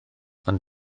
ond